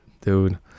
dude